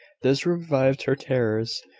this revived her terrors.